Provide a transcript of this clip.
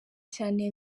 cyane